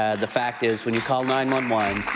ah the fact is when you call nine one one